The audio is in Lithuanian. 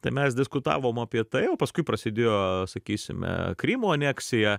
tai mes diskutavom apie tai o paskui prasidėjo sakysime krymo aneksija